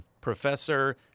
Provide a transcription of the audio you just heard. Professor